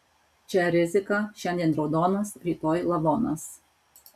čia rizika šiandien raudonas rytoj lavonas